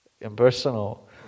impersonal